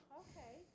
okay